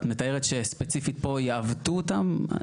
את מתארת שספציפית פה יעוותו אותם?